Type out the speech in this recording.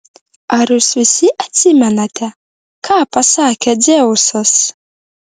ar jūs visi atsimenate ką pasakė dzeusas